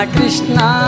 Krishna